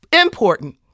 important